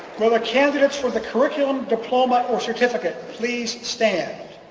will the candidates for the curriculum diploma or certificate please stand.